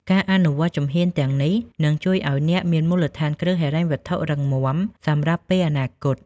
ការអនុវត្តជំហានទាំងនេះ នឹងជួយឱ្យអ្នកមានមូលដ្ឋានគ្រឹះហិរញ្ញវត្ថុរឹងមាំសម្រាប់ពេលអនាគត។